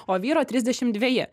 o vyro trisdešim dveji